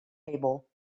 table